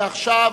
ועכשיו